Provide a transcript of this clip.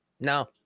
No